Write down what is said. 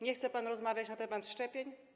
Nie chce pan rozmawiać na temat szczepień?